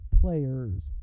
players